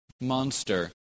Monster